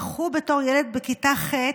איך הוא בתור ילד בכיתה ח'